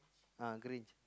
ah Grinch